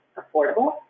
affordable